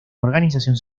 organización